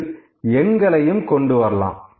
இதில் எண்களையும் கொண்டுவரலாம்